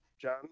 john